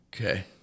Okay